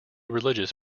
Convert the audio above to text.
religious